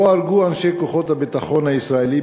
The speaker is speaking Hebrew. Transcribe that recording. שבו הרגו אנשי כוחות הביטחון הישראליים